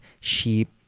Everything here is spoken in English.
sheep